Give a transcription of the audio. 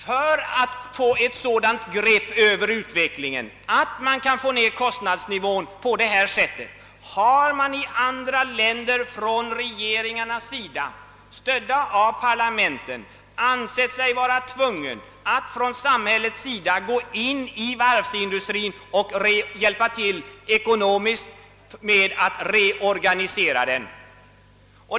För att få ett sådant grepp över utvecklingen, att man kan få ner kostnadsnivån, har regeringarna i andra länder, stödda av parlamenten, ansett sig vara tvungna att från samhällets sida ekonomiskt hjälpa varvsindustrin att reorganisera sig.